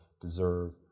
deserve